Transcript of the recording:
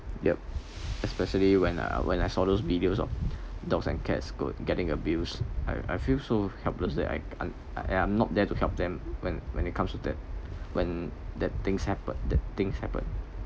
yup especially when I when I saw those videos of dogs and cats getting abused I I feel so helpless that I I'm not there to help when when it comes to that when that that thing happened